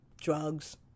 drugs